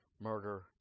murder